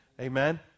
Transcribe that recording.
Amen